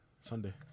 Sunday